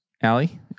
Allie